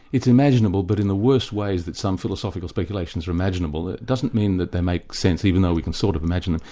it's imaginable, but in the worst ways that some philosophical speculations are imaginable, it doesn't mean that they make sense, even though we can, sort of, imagine them.